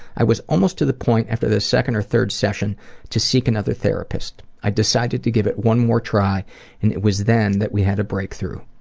i was almost to the point after the second or third session to seek another therapist. i decided to give it one more try and it was then that we had a breakthrough.